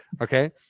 Okay